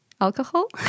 alcohol